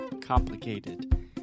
complicated